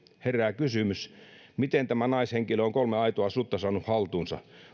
herää kysymys miten tämä naishenkilö on kolme aitoa sutta saanut haltuunsa